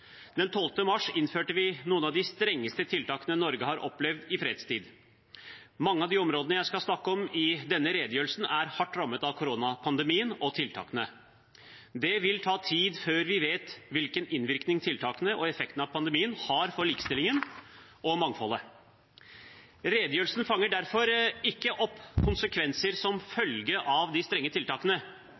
12. mars innførte vi noen av de strengeste tiltakene Norge har opplevd i fredstid. Mange av de områdene jeg skal snakke om i denne redegjørelsen, er hardt rammet av koronapandemien og tiltakene. Det vil ta tid før vi vet hvilken innvirkning tiltakene og effekten av pandemien har for likestillingen og mangfoldet. Redegjørelsen fanger derfor ikke opp konsekvenser som følge av de strenge tiltakene,